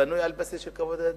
שבנוי על בסיס של כבוד הדדי.